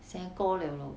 se goh liao lor